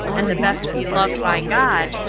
and the best beloved by god,